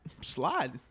Slide